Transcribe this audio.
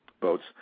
Boats